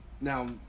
Now